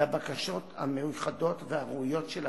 "לבקשות המיוחדות והראויות של הפרקליטים,